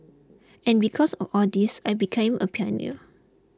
and because of all this I became a pioneer